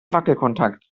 wackelkontakt